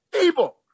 Evil